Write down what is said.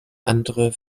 andere